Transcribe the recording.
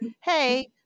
Hey